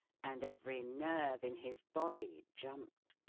and every nerve in his body jumped.